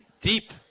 deep